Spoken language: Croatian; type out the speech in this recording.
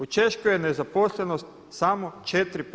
U Češkoj je nezaposlenost samo 4%